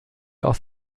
auf